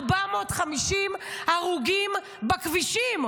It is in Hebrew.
450 הרוגים בכבישים.